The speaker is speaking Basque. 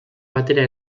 batera